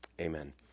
Amen